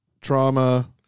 trauma